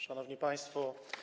Szanowni Państwo!